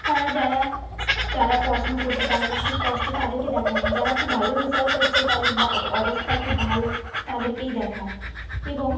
তারা যারা যারা পড়াশোনা করতে পারে না খুব কষ্ট তাদেরকে দেখায় না যারা খুব ভালো রেজাল্ট করছে তাদের অবস্থা খুব ভালো তাদেরকেই দেখায় এবং